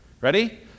Ready